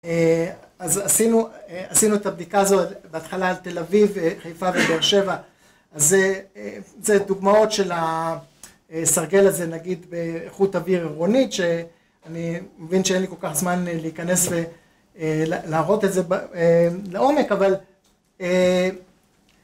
אז עשינו, עשינו את הבדיקה הזאת בהתחלה על תל אביב, חיפה ובאר שבע. אז זה, זה דוגמאות של הסרגל הזה, נגיד באיכות אוויר עירונית, שאני מבין שאין לי כל כך זמן להיכנס ולהראות את זה לעומק, אבל...